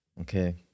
Okay